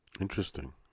Interesting